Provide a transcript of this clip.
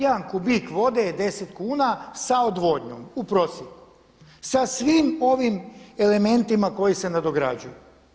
Jedan kubik vode je 10 kuna za odvodnjom u prosjeku sa svim ovim elementima koji se nadograđuju.